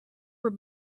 were